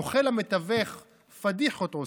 הנוכל המתווך פדיחות עושה,